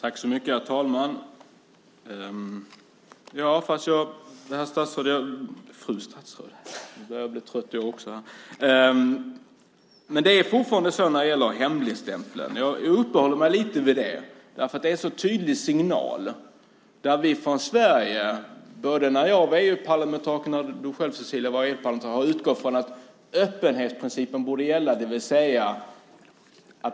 Herr talman! Fru statsråd! Jag uppehåller mig lite vid hemligstämplingen. Det är en så tydlig signal där vi i Sverige, både när jag var EU-parlamentariker och när du själv, Cecilia, var EU-parlamentariker, har utgått ifrån att öppenhetsprincipen borde gälla.